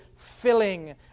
filling